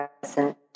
present